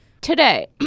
today